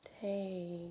Hey